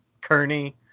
Kearney